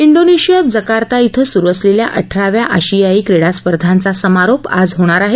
डोनेशियात Jakarta अं सुरु असलेल्या अठराव्या आशियायी क्रीडा स्पर्धांचा समारोप आज होणार आहे